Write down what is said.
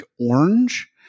orange